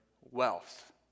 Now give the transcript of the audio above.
wealth